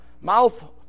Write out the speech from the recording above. mouth